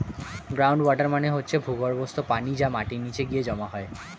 ground water মানে হচ্ছে ভূগর্ভস্থ পানি যা মাটির নিচে গিয়ে জমা হয়